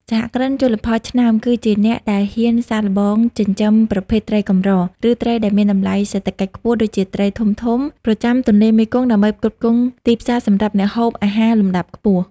សហគ្រិនជលផលឆ្នើម គឺជាអ្នកដែលហ៊ានសាកល្បងចិញ្ចឹមប្រភេទត្រីកម្រ ឬត្រីដែលមានតម្លៃសេដ្ឋកិច្ចខ្ពស់ដូចជាត្រីធំៗប្រចាំទន្លេមេគង្គ ដើម្បីផ្គត់ផ្គង់ទីផ្សារសម្រាប់អ្នកហូបអាហារលំដាប់ខ្ពស់។